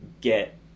get